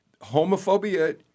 Homophobia